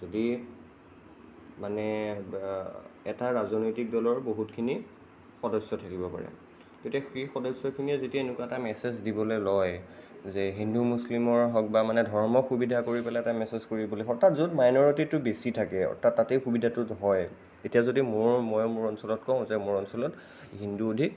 যদি মানে এটা ৰাজনৈতিক দলৰ বহুতখিনি সদস্য থাকিব পাৰে গতিকে সেই সদস্যখিনিয়ে যেতিয়া এনেকুৱা এটা মেছেজ দিবলৈ লয় যে হিন্দু মুছলিমৰ হওক বা মানে ধৰ্মক সুবিধা কৰি পেলাই এটা মেছেজ কৰিবলৈ অৰ্থাৎ য'ত মাইনৰিটিটো বেছি থাকে আৰু তাতেই সুবিধাটো হয় এতিয়া যদি মই মই মোৰ অঞ্চলত কওঁ যে মোৰ অঞ্চলত হিন্দু অধিক